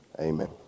amen